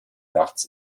nachts